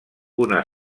una